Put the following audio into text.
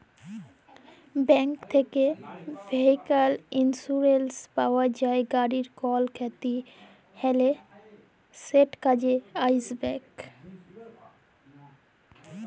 bank থ্যাকে vehicle insurance পাউয়া যায়, গাড়ির কল খ্যতি হ্যলে সেট কাজে আইসবেক